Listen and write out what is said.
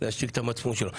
להשתיק את המצפון שלו.